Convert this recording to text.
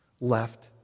left